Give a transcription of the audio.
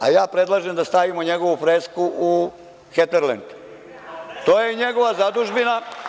A ja predlažem da stavimo njegovu fresku u Heterlend, to je njegova zadužbina.